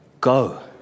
Go